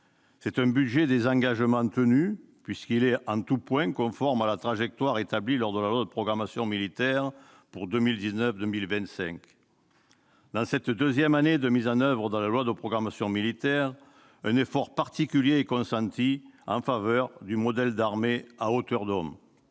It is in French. C'est un budget des engagements tenus, puisqu'il est en tout point conforme à la trajectoire établie lors de la loi de programmation militaire pour les années 2019 à 2025. Dans cette deuxième année de mise en oeuvre de cette loi, un effort particulier est consenti en faveur d'un modèle d'armée « à hauteur d'homme